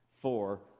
Four